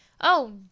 Oh